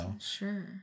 Sure